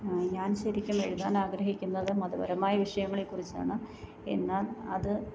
ഞാൻ ശരിക്കും എഴുതാൻ ആഗ്രഹിക്കുന്നത് മതപരമായ വിഷയങ്ങളെ കുറിച്ചാണ് എന്നാൽ അത്